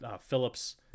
Phillips